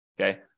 Okay